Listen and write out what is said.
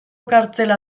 kartzela